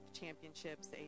championships